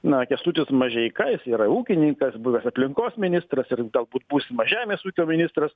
na kęstutis mažeika jis yra ūkininkas buvęs aplinkos ministras ir galbūt būsimas žemės ūkio ministras